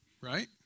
right